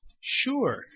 sure